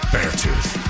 Beartooth